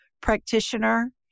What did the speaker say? practitioner